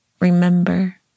Remember